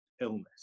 illness